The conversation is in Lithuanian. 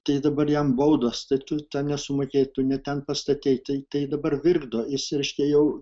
tai dabar jam baudą sta tu nesumokėjai tu ne ten pastatei tai tai dabar virkdo jis reiškia jau